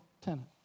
tenant